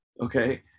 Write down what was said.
okay